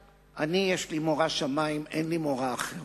אני, יש לי מורא שמים, אין לי מורא אחר.